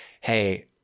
hey